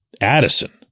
Addison